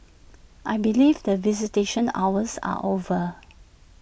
I believe the visitation hours are over